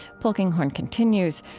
polkinghorne continues,